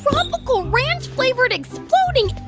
tropical ranch-flavored exploding